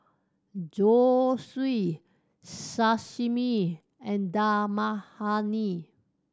Zosui Sashimi and Dal Makhani